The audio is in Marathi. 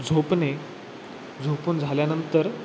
झोपणे झोपून झाल्यानंतर